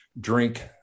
drink